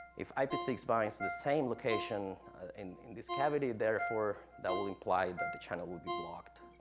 if i p six binds to the same location in in this cavity, therefore that will imply that the channel will be blocked,